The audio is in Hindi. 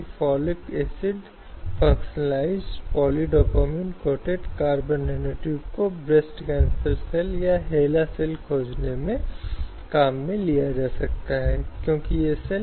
तो हम समझ गए हैं व्यक्ति के यौन पहलू का संदर्भ और प्रभाव जो महिलाओं पर बनाई गई शर्तों के अनुसार है यह उत्पीड़नकर्ता के इरादे का मुद्दा नहीं है